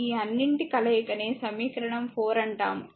ఈ అన్నింటి కలయికనే సమీకరణం 4 అంటాము